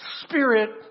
Spirit